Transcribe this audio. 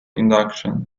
induction